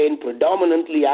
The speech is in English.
predominantly